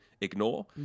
ignore